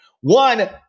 one